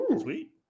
Sweet